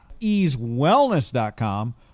easewellness.com